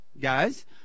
guys